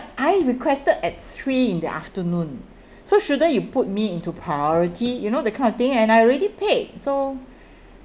I requested at three in the afternoon so shouldn't you put me into priority you know that kind of thing and I already paid so